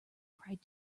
cried